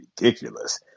ridiculous